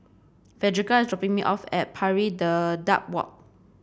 Frederica is dropping me off at Pari Dedap Walk